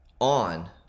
on